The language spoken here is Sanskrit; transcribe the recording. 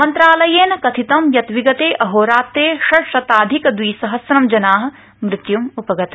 मन्त्रालयेन कथितं यत् विगते अहोरात्रे षड् शताधिक द्वि सहस्रं जना मृत्युम् उपगता